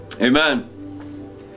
Amen